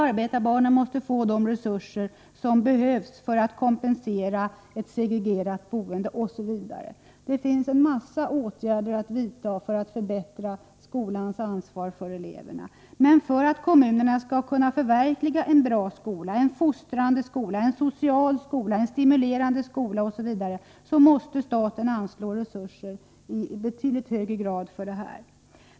Arbetarbarnen måste få de resurser som behövs för att kompensera ett segregerat boende osv. Det finns en hel del åtgärder som borde vidtas för att förbättra skolan. Men för att kommunerna skall kunna förverkliga en bra, social, fostrande och stimulerande skola måste staten anslå resurser i betydligt högre grad än nu för detta.